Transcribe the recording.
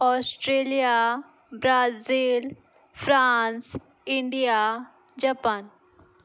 Australia Brazil France India Japan